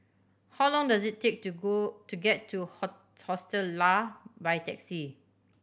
how long does it take to go to get to Hostel Lah by taxi